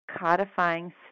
codifying